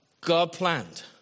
God-planned